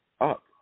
up